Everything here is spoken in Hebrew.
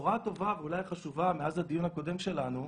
הבשורה הטובה ואולי החשובה מאז הדיון הקודם שלנו,